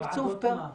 הועדות למה?